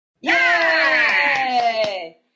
Yay